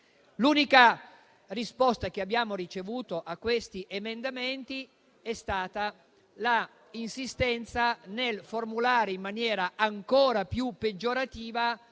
L'unica risposta che abbiamo ricevuto a questi emendamenti è stata l'insistenza nel formulare in maniera ancora peggiorativa